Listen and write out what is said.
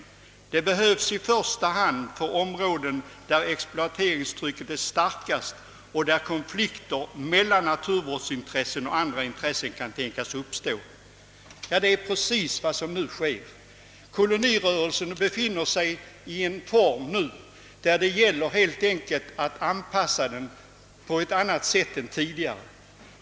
De behövs i första hand för områden där exploateringstrycket är starkast och där konflikter mellan naturvårdsintresset och andra intressen kan tänkas uppstå.» Det är precis vad som här äger rum. Kolonirörelsen befinner sig i en situation som kräver nyanpassning.